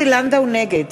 נגד